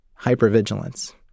hypervigilance